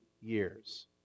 years